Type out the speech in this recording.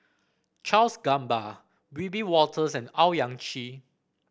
Charles Gamba Wiebe Wolters and Owyang Chi